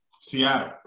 Seattle